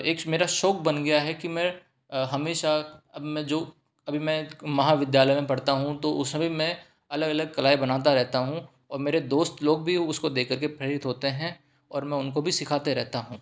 एक मेरा शौक बन गया है कि मैं हमेशा अब मैं जो अभी मैं महाविद्यालय में पढ़ता हूँ तो उस समय मैं अलग अलग कलाएँ बनाता रहता हूँ और मेरे दोस्त लोग भी उसको देखकर के प्रेरित होते हैं और मैं उनको भी सिखाते रहता हूँ